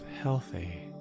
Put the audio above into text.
healthy